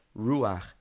ruach